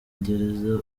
gereza